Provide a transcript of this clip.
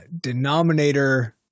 Denominator